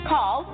Call